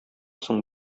соң